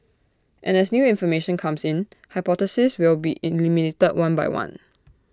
and as new information comes in hypotheses will be eliminated one by one